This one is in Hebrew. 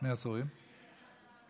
שני עשורים,